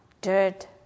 dirt